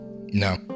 no